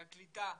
והקליטה,